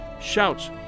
shouts